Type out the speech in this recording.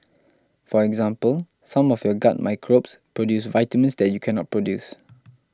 for example some of your gut microbes produce vitamins that you cannot produce